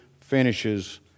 finishes